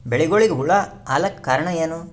ಬೆಳಿಗೊಳಿಗ ಹುಳ ಆಲಕ್ಕ ಕಾರಣಯೇನು?